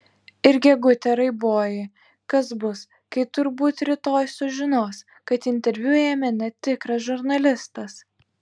ir gegute raiboji kas bus kai turbūt rytoj sužinos kad interviu ėmė netikras žurnalistas